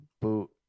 boot